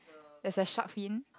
there's a shark fin